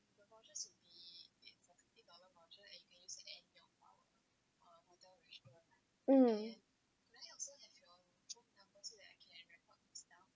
mm